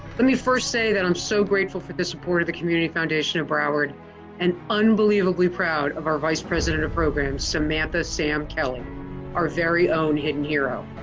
let me first say that i'm so grateful for the support of the community foundation of broward and unbelievably proud of our vice president of program samantha sam kelly our very own hidden hero.